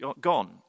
gone